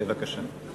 בבקשה.